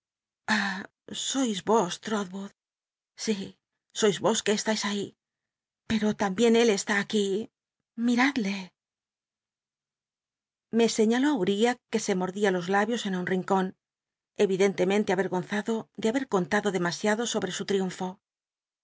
sois vos trotwood si sois os c ue eslais nhi pero lambien él est i aquí mimdle me señaló á utiah que se mordía los labios en un l'incon cridentemente avergonzado de haber contado demasiado sobre su tl'iunfo